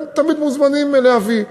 תמיד מוזמנים להביא.